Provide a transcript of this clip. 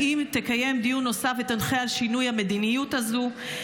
האם תקיים דיון נוסף ותנחה על שינוי המדיניות הזאת?